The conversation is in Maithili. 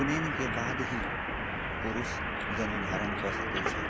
उपनेनके बाद ही पुरुष जनउ धारण कऽ सकैत छै